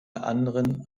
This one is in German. anderen